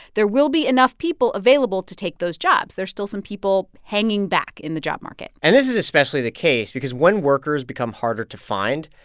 there will be enough people available to take those jobs. there's still some people hanging back in the job market and this is especially the case because when workers become harder to find,